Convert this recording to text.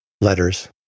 Letters